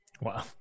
Wow